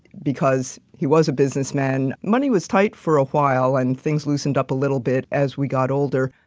because he was a businessman, money was tight for a while and things loosened up a little bit as we got older.